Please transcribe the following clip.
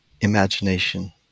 imagination